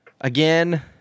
again